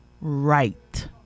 right